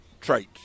traits